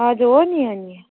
हजुर हो नि अनि